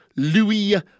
Louis